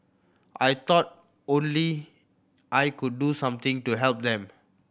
I thought only I could do something to help them